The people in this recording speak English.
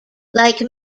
like